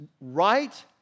right